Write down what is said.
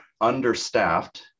understaffed